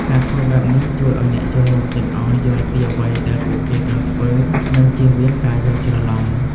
ការធ្វើបែបនេះ ជួយឱ្យអ្នកចូលរួមទាំងអស់យល់ពីអ្វីដែលពួកគេត្រូវធ្វើ និងជៀសវាងការយល់ច្រឡំ។